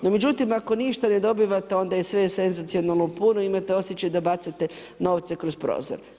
No međutim ako ništa ne dobivate, onda je sve senzacionalno puno, imate osjećaj da bacate novce kroz prozor.